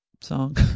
song